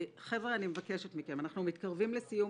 חבר'ה, אני מבקשת מכם: אנחנו מתקרבים לסיום.